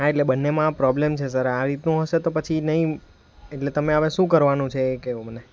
હા એટલે બંનેમાં પ્રોબ્લેમ છે સર આ રીતનું હશે તો પછી નહીં એટલે તમે હવે શું કરવાનું છે એ કહો મને